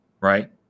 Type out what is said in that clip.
right